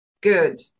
Good